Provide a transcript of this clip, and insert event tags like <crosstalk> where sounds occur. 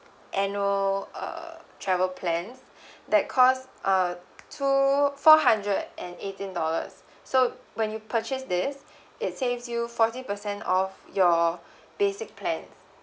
annual uh travel plans <breath> that cost uh two four hundred and eighteen dollars so when you purchase this it saves you forty percent off your basic plan